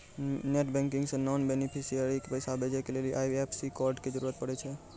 net banking से non beneficiary के पैसा भेजै के लेली आई.एफ.एस.सी कोड के जरूरत पड़ै छै